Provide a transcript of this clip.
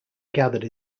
gathered